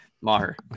Maher